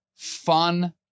Fun